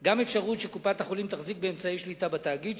גם אפשרות שקופת-החולים תחזיק באמצעי שליטה בתאגיד,